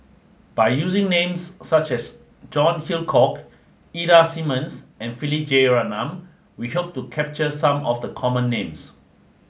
by using names such as John Hitchcock Ida Simmons and Philip Jeyaretnam we hope to capture some of the common names